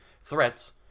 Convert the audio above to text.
threats